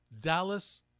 Dallas